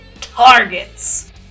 targets